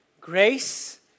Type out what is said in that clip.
Grace